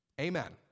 Amen